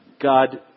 God